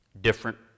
different